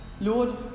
Lord